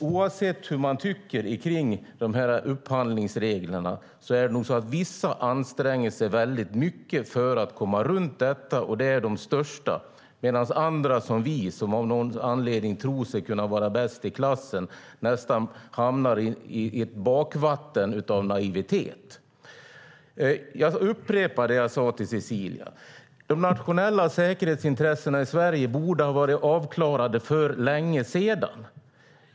Oavsett vad man tycker om de här upphandlingsreglerna är det nog så att vissa anstränger sig väldigt mycket för att komma runt dem. Det är de största. Andra, som vi, som av någon anledning tror oss kunna vara bäst i klassen, hamnar nästan i ett bakvatten av naivitet. Jag upprepar det jag sade till Cecilia, de nationella säkerhetsintressena i Sverige borde ha varit avklarade för länge sedan.